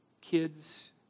kids